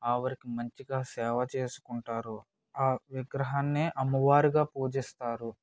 ఆవిడకి మంచిగా సేవ చేసుకుంటారు ఆ విగ్రహాన్నే అమ్మవారుగా పూజిస్తారు